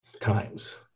times